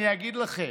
אני אגיד לכם: